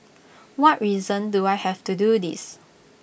what reason do I have to do this